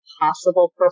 possible